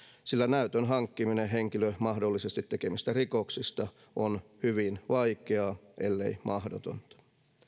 sillä näytön hankkiminen henkilön mahdollisesti tekemistä rikoksista on hyvin vaikeaa ellei mahdotonta